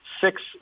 six